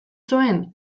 zuen